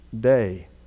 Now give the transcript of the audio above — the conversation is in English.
day